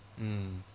mm